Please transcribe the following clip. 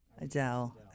Adele